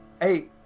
Hey